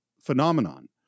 phenomenon